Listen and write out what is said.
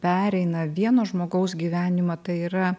pereina vieno žmogaus gyvenimą tai yra